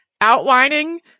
outlining